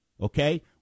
Okay